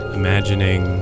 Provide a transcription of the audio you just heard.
imagining